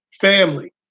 family